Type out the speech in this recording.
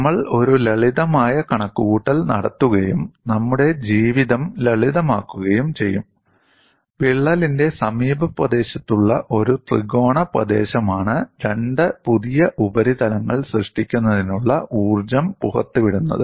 നമ്മൾ ഒരു ലളിതമായ കണക്കുകൂട്ടൽ നടത്തുകയും നമ്മുടെ ജീവിതം ലളിതമാക്കുകയും ചെയ്യും വിള്ളലിന്റെ സമീപപ്രദേശത്തുള്ള ഒരു ത്രികോണ പ്രദേശമാണ് രണ്ട് പുതിയ ഉപരിതലങ്ങൾ സൃഷ്ടിക്കുന്നതിനുള്ള ഊർജ്ജം പുറത്തുവിടുന്നത്